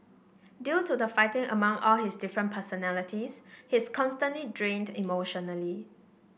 due to the fighting among all his different personalities he's constantly drained emotionally